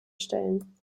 stellen